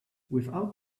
without